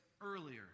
earlier